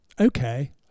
Okay